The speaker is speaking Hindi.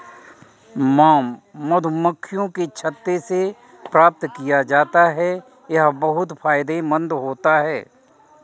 मॉम मधुमक्खियों के छत्ते से प्राप्त किया जाता है यह बहुत फायदेमंद होता है